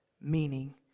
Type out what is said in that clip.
meaning